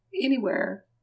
Anywhere